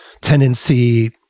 tendency